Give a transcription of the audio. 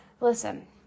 Listen